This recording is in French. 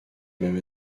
même